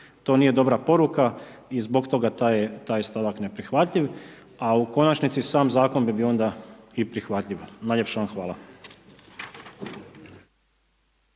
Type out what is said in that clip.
To nije dobra poruka i zbog toga taj stavak je neprihvatljiv a u konačnici sam zakon .../Govornik se ne razumije./... prihvatljiva. Najljepša vam hvala.